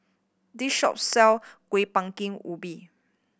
this shop sell Kueh Bingka Ubi